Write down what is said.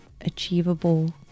achievable